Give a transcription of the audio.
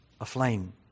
aflame